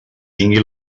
tingui